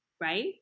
right